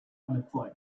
unemployed